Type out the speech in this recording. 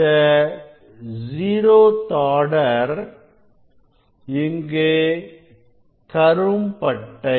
இந்த zeroth order இங்கு கரும்படை பட்டை